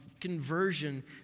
conversion